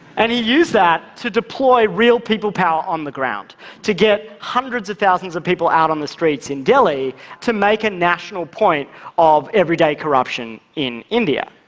and he used that to deploy real people power on the ground to get hundreds of thousands of people out on the streets in delhi to make a national point of everyday corruption in india.